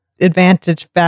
advantage